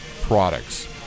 products